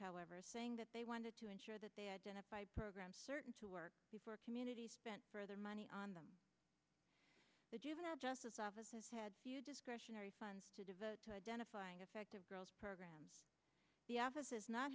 however saying that they wanted to ensure that they identify programs certain to work before community spent their money on them the juvenile justice offices had discretionary funds to devote to identifying effective girls program the office has not